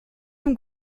from